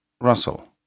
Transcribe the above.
Russell